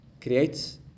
creates